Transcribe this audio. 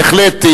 בהחלט,